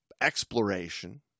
exploration